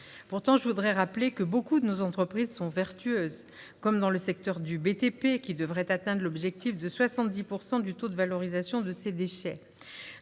Pourtant, je voudrais rappeler que beaucoup de nos entreprises sont vertueuses. C'est le cas notamment du secteur du BTP, qui devrait atteindre l'objectif de 70 % du taux de valorisation de ses déchets.